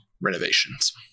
renovations